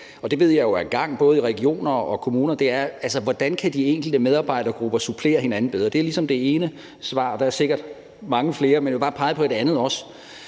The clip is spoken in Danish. det ved jeg jo er i gang i regionerne og kommunerne – hvordan de enkelte medarbejdergrupper bedre kan supplere hinanden. Det er ligesom det ene svar, og der er sikkert mange flere. Men jeg vil også bare pege på et andet.